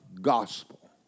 gospel